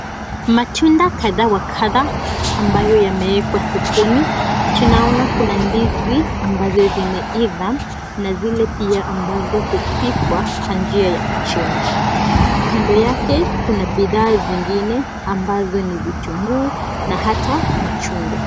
Matunda kadha wa kadha ambayo yaewekwa sokoni tunaona kuna ndizi ambazo zimeiva na zile ambazo hupikwa kwa njia ya kuchemsha. Kando yake kuna bidhaa zingine ambazo ni vitunguu na hata machungwa.